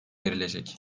verilecek